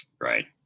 Right